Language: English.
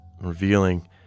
revealing